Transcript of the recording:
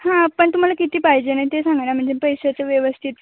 हां पण तुम्हाला किती पाहिजे नाही ते सांगा ना म्हणजे पैशाचं व्यवस्थित